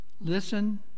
Listen